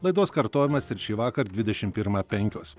laidos kartojimas ir šįvakar dvidešim pirmą penkios